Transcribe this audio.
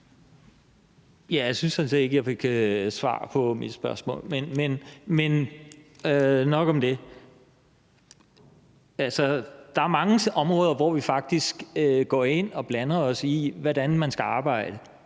Jeg synes sådan set ikke, at jeg fik svar på mit spørgsmål. Men nok om det. Altså, der er mange områder, hvor vi faktisk går ind og blander os i, hvordan man skal arbejde.